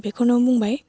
बेखौनो बुंबाय